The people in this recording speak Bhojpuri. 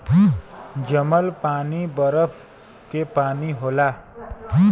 जमल पानी बरफ के पानी होला